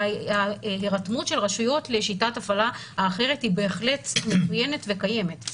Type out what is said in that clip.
ההירתמות של הרשויות לשיטת הפעלה אחרת היא בהחלט מצוינת וקיימת.